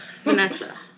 Vanessa